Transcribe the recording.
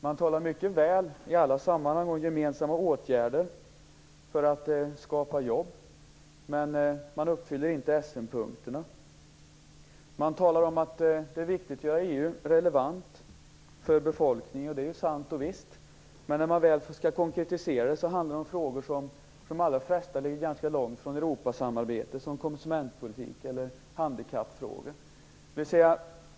Man talar mycket väl i alla sammanhang om gemensamma åtgärder för att skapa jobb, men man uppfyller inte Essenpunkterna. Man talar om att det är viktigt att göra EU relevant för befolkningen. Det är sant och visst, men när man väl skall konkretisera det handlar det om frågor som för de allra flesta ligger ganska långt från Europasamarbete, som konsumentpolitik eller handikappfrågor.